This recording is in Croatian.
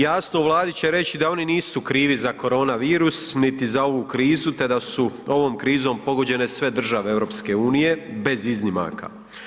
Jasno u Vladi će reći da oni nisu krivi za korona virus niti za ovu krizu te da su ovom krizom pogođene sve države EU, bez iznimaka.